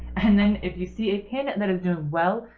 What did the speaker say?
and then if you see a pin and that is doing well,